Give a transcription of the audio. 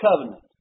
Covenant